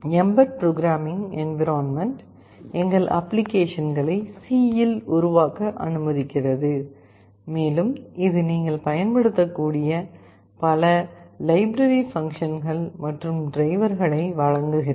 Mbed programming environment எங்கள் அப்ளிகேஷன்களை C இல் உருவாக்க அனுமதிக்கிறது மேலும் இது நீங்கள் பயன்படுத்தக்கூடிய பல லைப்ரரி பங்க்ஷன்கள் மற்றும் டிரைவர்களை வழங்குகிறது